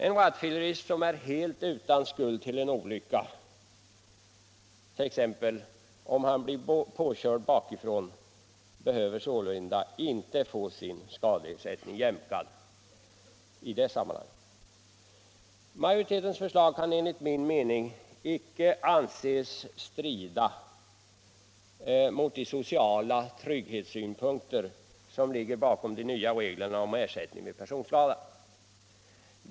En rattfyllerist som är helt utan skuld till en olycka, t.ex. om han har blivit påkörd bakifrån, behöver sålunda inte få sin skadeersättning jämkad. Majoritetens förslag kan enligt min mening inte anses strida mot de sociala trygghetssynpunkter som ligger bakom de nya reglerna om ersättning vid personskada.